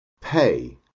pay